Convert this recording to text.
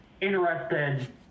interested